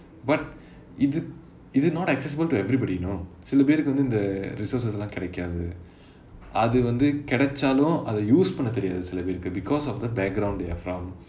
but it is it not accessible to everybody know சில பேருக்கு வந்து இந்த:silapaerukku vanthu intha resources எல்லாம் கிடைக்காது அது வந்து கிடைச்சாலும் அதை:ellaam kidaikaathu athu vanthu kidaichaalum athai use பண்ண தெரியாது சில பேருக்கு:panna theriyaathu sila paerukku because of the background they are from